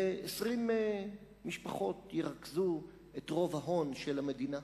ו-20 משפחות ירכזו את רוב ההון של המדינה.